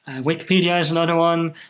and wikipedia is another one.